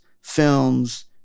films